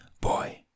boy